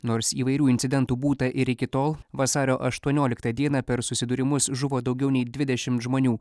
nors įvairių incidentų būta ir iki tol vasario aštuonioliktą dieną per susidūrimus žuvo daugiau nei dvidešimt žmonių